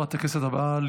חברת הכנסת הבאה,